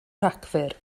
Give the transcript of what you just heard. rhagfyr